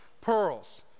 pearls